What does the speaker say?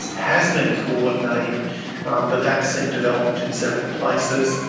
has been coordinating the vaccine development in several places.